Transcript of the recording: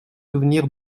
souvenir